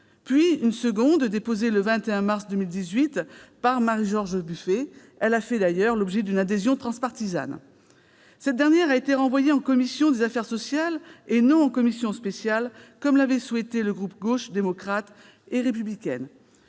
avec une seconde, déposée le 21 mars 2018 par Marie-George Buffet. Elle a fait d'ailleurs l'objet d'une adhésion transpartisane. Le texte a été renvoyé en commission des affaires sociales, et non en commission spéciale, contrairement à ce qu'avait souhaité le groupe Gauche démocrate et républicaine.